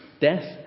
death